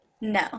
No